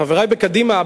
חברי בקדימה,